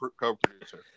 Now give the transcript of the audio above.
co-producer